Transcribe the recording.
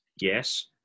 Yes